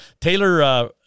Taylor